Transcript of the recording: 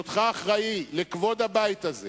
אני פונה אליך, בהיותך אחראי לכבוד הבית הזה